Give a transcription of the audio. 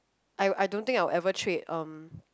I I don't think I'll ever trade um